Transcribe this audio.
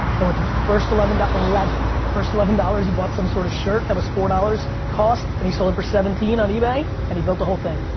and with the first eleven dol eleven. first eleven dollars, he bought some sort of shirt that was four dollars cost, and he sold it for seventeen on ebay, and he built the whole thing.